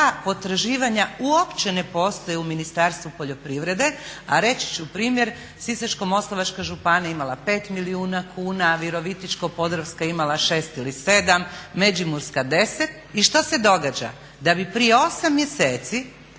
Ta potraživanja uopće ne postoje u Ministarstvu poljoprivrede. A reći ću primjer, Sisačko-moslavačka županija je imala 5 milijuna kuna, Virovitičko-podravska je imala 6 ili 7, Međimurska 10. I što se događa? Da bi prije 8 mjeseci